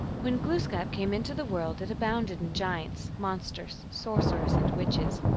when glooskap came into the world it abounded in giants, monsters, sorcerers and witches,